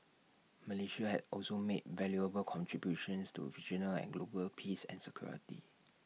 Malaysia has also made valuable contributions to regional and global peace and security